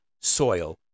soil